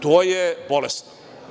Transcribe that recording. To je bolesno.